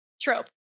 trope